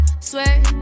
swear